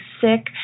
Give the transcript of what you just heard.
sick